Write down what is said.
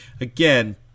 again